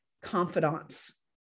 confidants